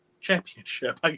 championship